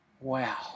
Wow